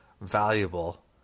valuable